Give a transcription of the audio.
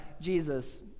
Jesus